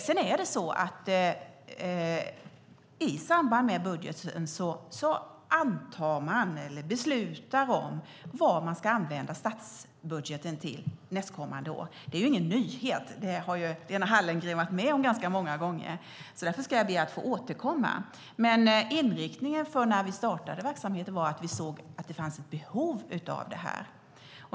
Sedan är det så att man i samband med budgeten beslutar om vad man ska använda statsbudgeten till nästkommande år. Det är ingen nyhet. Det har Lena Hallengren varit med om ganska många gånger. Därför ska jag be att få återkomma. Inriktningen när vi startade verksamheten var att vi såg att det fanns ett behov av det här.